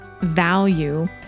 value